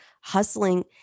hustling